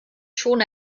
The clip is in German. schon